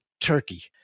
Turkey